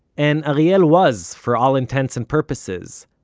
and ariel was, for all intents and purposes,